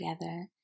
together